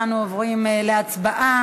אנו עוברים להצבעה.